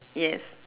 yes